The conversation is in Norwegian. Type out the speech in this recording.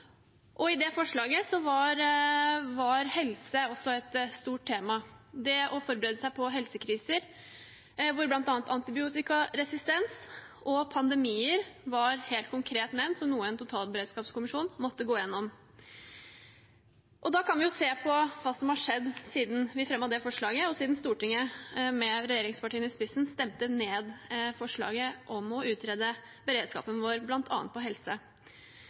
i 2017. I det forslaget var også helse et stort tema. Det å forberede seg på helsekriser med bl.a. antibiotikaresistens og pandemier var helt konkret nevnt som noe en totalberedskapskommisjon måtte gå gjennom. Da kan vi jo se på hva som har skjedd siden vi fremmet det forslaget, og siden Stortinget med regjeringspartiene i spissen stemte ned forslaget om å utrede beredskapen bl.a. for helse.